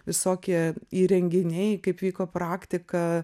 visokie įrenginiai kaip vyko praktika